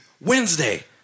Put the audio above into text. Wednesday